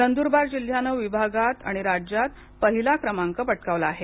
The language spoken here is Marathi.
नंदुरबार जिल्ह्याने विभागात आणि राज्यात पहिला क्रमांक पटकावला आहे